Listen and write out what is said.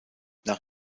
nach